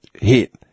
hit